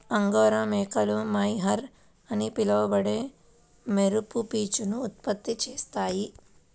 angora మేకలు mohair అని పిలువబడే మెరుపు పీచును ఉత్పత్తి చేస్తాయి